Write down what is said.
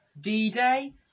D-Day